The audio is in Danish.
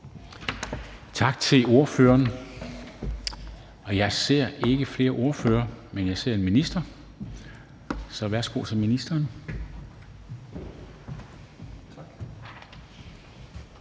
Tak til ordføreren. Jeg ser ikke flere ordførere, men jeg ser en minister, så værsgo til ministeren. Kl.